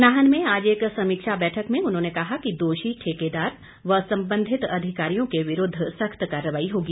नाहन में आज एक समीक्षा बैठक में उन्होंने कहा कि दोषी ठेकेदार व संबंधित अधिकारियों के विरूद्व सख्त कार्रवाई होगी